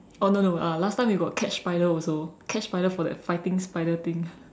oh no no uh last time we got catch spider also catch spider for that fighting spider thing